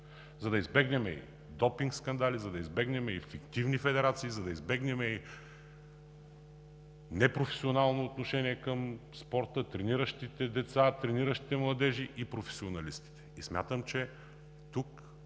за да избегнем и допинг скандали, за да избегнем и фиктивни федерации, за да избегнем и непрофесионално отношение към спорта, трениращите деца, трениращите младежи и професионалистите. Смятам, че тук